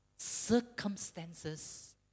circumstances